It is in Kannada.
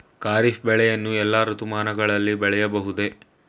ಖಾರಿಫ್ ಬೆಳೆಯನ್ನು ಎಲ್ಲಾ ಋತುಮಾನಗಳಲ್ಲಿ ಬೆಳೆಯಬಹುದೇ?